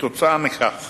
כתוצאה מכך